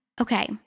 Okay